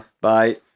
Bye